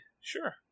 sure